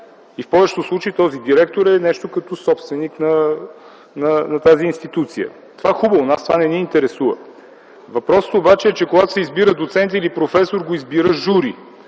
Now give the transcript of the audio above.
И в повечето случаи този директор е нещо като собственик на тази институция. Това е хубаво, нас това не ни интересува. Въпросът е обаче, че когато се избира доцент или професор, го избира жури